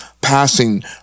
passing